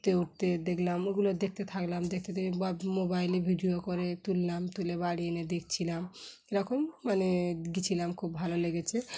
উড়তে উড়তে দেখলাম ওগুলো দেখতে থাকলাম দেখতে দেখ বা মোবাইলে ভিডিও করে তুললাম তুলে বাড়ি এনে দেখছিলাম এরকম মানে গিয়েছিলাম খুব ভালো লেগেছে